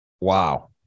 Wow